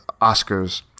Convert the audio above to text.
Oscars